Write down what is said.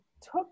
took